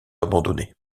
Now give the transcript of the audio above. abandonnés